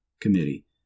Committee